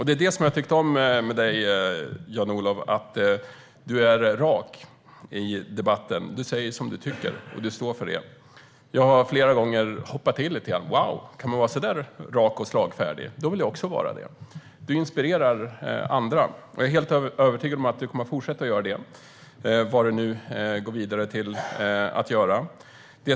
Det är detta jag har tyckt om med dig, Jan-Olof. Du är rak i debatten. Du säger vad du tycker, och du står för det. Jag har flera gånger hoppat till och tänkt "Wow! Kan man vara så där rak och slagfärdig? Det vill jag också vara." Du inspirerar andra, och jag är helt övertygad om att du kommer att fortsätta att göra det, vad du än går vidare till.